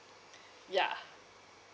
yeah